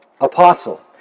apostle